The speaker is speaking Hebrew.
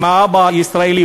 אם האבא ישראלי,